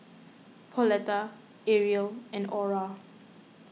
Pauletta Ariel and Aura